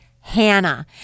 Hannah